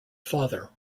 father